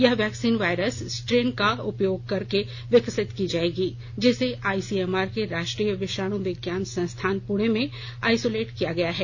यह vaccine virus strain का उपयोग करके विकसित की जाएगी जिसे आईसीएमआर के राष्ट्रीय विषाणु विज्ञान संस्थान पुणे में आइसोलेट किया गया है